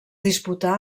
disputà